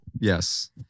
Yes